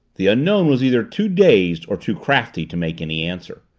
the unknown was either too dazed or too crafty to make any answer.